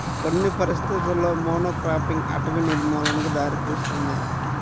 కొన్ని పరిస్థితులలో మోనోక్రాపింగ్ అటవీ నిర్మూలనకు దారితీస్తుంది